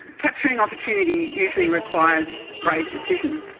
capturing opportunity usually requires brave decisions.